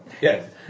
yes